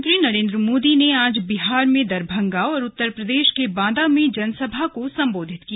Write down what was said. प्रधानमंत्री नरेन्द्र मोदी ने आज बिहार में दरभंगा और उत्तर प्रदेश के बांदा में जनसभा को सम्बोधित किया